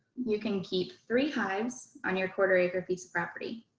you can keep three hives on your quarter acre piece of property.